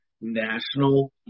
national